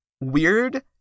weird